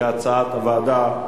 כהצעת הוועדה,